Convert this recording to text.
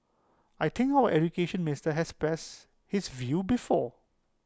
I think all Education Minister has expressed this view before